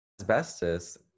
asbestos